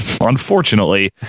unfortunately